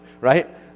right